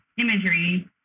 Imagery